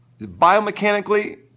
biomechanically